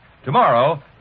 Tomorrow